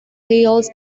tails